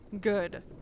Good